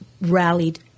rallied